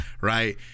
right